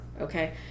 okay